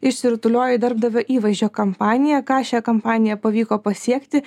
išsirutuliojo į darbdavio įvaizdžio kampaniją ką šia kampanija pavyko pasiekti